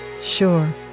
Sure